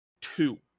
two